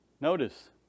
Notice